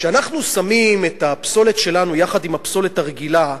כשאנחנו שמים את הפסולת שלנו יחד עם הפסולת הרגילה,